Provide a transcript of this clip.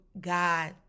God